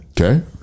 Okay